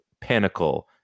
pinnacle